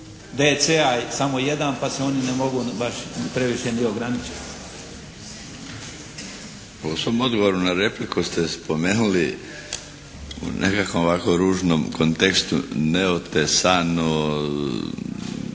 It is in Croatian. DC-a je samo jedan pa se oni ne mogu previše niti ograničiti. **Milinović, Darko (HDZ)** U svom odgovoru na repliku ste spomenuli u nekakvom ovako ružnom kontekstu neotesanu,